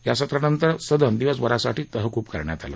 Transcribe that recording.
या सत्रानंतर सदन दिवसभरासाठी तहकुब करण्यात आलं